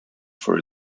for